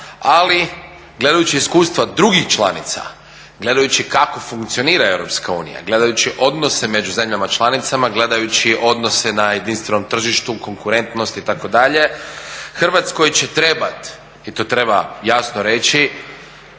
ali gledajući iskustva drugih članica, gledajući kako funkcionira EU, gledajući odnose među zemljama članicama, gledajući odnose na jedinstvenom tržištu, konkurentnost, itd., Hrvatskoj će trebati i to treba jasno reći